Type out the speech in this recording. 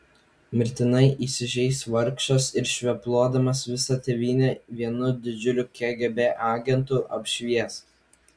mirtinai įsižeis vargšas ir švepluodamas visą tėvynę vienu didžiuliu kgb agentu apšvies